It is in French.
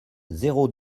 zéro